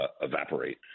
evaporate